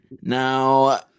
Now